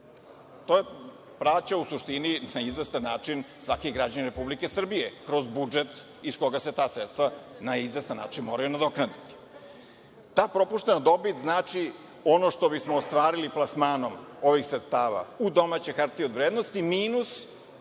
To vraća, u suštini, na izvestan način svaki građanin Republike kroz budžet iz koga se ta sredstva na izvestan način moraju nadoknaditi. Ta propuštena dobit znači ono što bismo ostvarili plasmanom ovih sredstava u domaće hartije od vrednosti minus